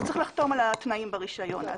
הוא צריך לחתום על התנאים ברישיון.